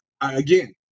Again